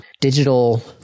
digital